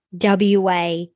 WA